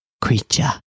creature